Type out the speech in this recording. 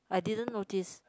I didn't notice